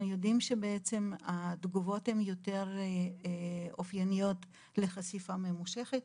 אנחנו יודעים שהתגובות הן יותר אופייניות לחשיפה ממושכת,